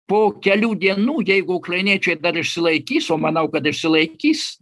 po kelių dienų jeigu ukrainiečiai dar išsilaikys o manau kad išsilaikys